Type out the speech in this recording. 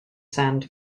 sand